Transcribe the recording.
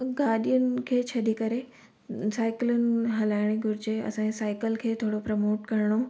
ॻाडीयुनि खे छॾे करे साईकिलूनि हलाइणी घुरिजे असांजी साईकिल खे थोरो प्रमोट करणो